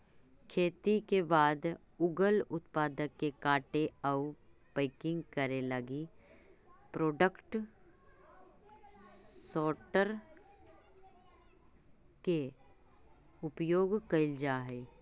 खेती के बाद उगल उत्पाद के छाँटे आउ पैकिंग करे लगी प्रोडक्ट सॉर्टर के उपयोग कैल जा हई